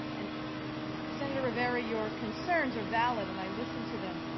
and senator rivera, your concerns are valid and i listened to them,